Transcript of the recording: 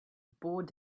bored